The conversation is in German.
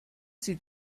sie